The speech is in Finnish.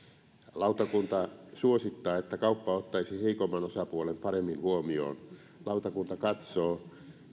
lautakunta suosittaa että kauppa ottaisi heikomman osapuolen paremmin huomioon lautakunta katsoo